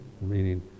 meaning